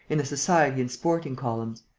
in the society and sporting columns.